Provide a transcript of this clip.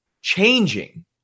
changing